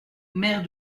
maire